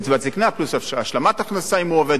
קצבת זיקנה פלוס השלמת הכנסה אם הוא עובד,